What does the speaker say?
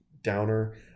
downer